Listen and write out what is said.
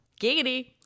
Giggity